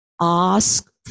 Ask